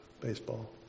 baseball